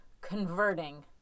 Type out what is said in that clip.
converting